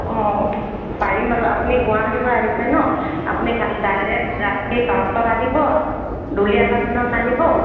অঁ পাৰিম বাৰু আপুনি গুৱাহাটীৰ পৰা আহিছে নহ্ আপুনি কাল ডাইৰেক্ট ৰাতি বাছত আহিব দুলীয়াজানত নামিব